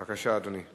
בבקשה, אדוני.